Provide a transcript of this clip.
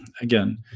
again